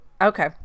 okay